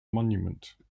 monument